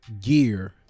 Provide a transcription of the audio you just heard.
gear